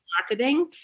marketing